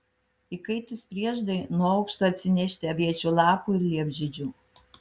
įkaitus prieždai nuo aukšto atsinešti aviečių lapų ir liepžiedžių